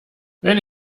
wenn